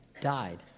died